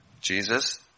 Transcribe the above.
Jesus